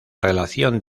relación